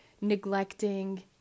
neglecting